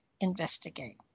investigate